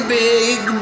big